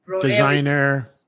designer